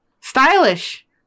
Stylish